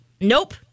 Nope